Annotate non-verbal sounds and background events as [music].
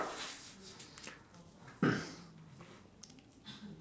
[coughs]